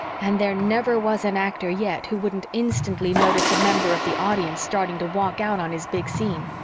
and there never was an actor yet who wouldn't instantly notice a member of the audience starting to walk out on his big scene.